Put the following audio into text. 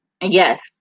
Yes